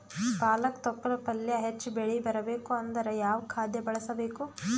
ಪಾಲಕ ತೊಪಲ ಪಲ್ಯ ಹೆಚ್ಚ ಬೆಳಿ ಬರಬೇಕು ಅಂದರ ಯಾವ ಖಾದ್ಯ ಬಳಸಬೇಕು?